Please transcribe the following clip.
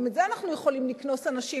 אנחנו יכולים לקנוס אנשים,